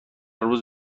روز